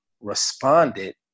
responded